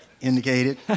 indicated